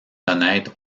connaître